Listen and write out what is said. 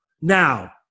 now